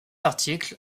article